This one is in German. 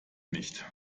nicht